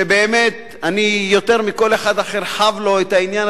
שבאמת אני יותר מכל אחד אחר חב לו את העניין